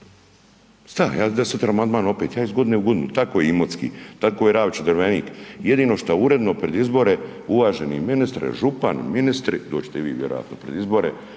Stao, ja dam sutra amandman opet, ja iz godine u godinu, tako je Imotski, tako je Ravča-Drvenik, jedino što uredno pred izbore, uvaženi ministre, župan, ministri, doći ćete i vi vjerojatno pred izbore